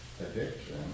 addiction